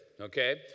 okay